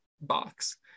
box